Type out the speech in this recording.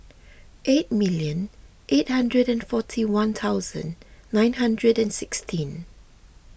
eight million eight hundred and forty one thousand nine hundred and sixteen